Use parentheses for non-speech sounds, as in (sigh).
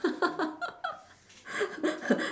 (laughs)